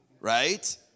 right